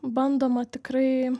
bandoma tikrai